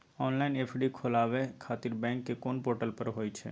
Online FD खोलाबय खातिर bank के कोन पोर्टल पर होए छै?